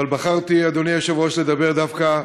אבל בחרתי, אדוני היושב-ראש, לדבר דווקא,